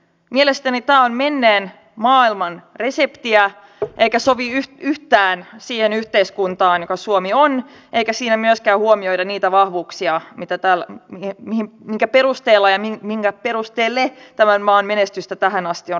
mielestäni tämä on menneen maailman reseptiä eikä sovi yhtään siihen yhteiskuntaan joka suomi on eikä siinä myöskään huomioida niitä vahvuuksia minkä perusteella ja mille perustalle tämän maan menestystä tähän asti on rakennettu